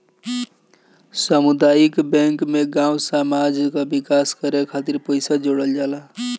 सामुदायिक बैंक में गांव समाज कअ विकास करे खातिर पईसा जोड़ल जाला